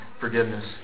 forgiveness